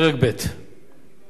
פרק ב' אני לא אשה,